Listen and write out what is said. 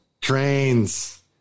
Trains